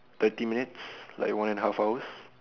thirty minutes like one and a half hours